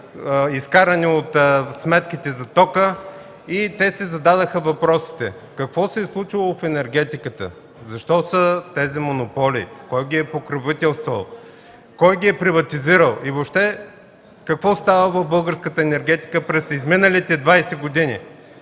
изкарани от сметките за тока. Те си зададоха въпросите: какво се е случило в енергетиката, защо са тези монополи, кой ги е покровителствал, кой ги е приватизирал? И въобще какво става в българската енергетика през изминалите 20 години?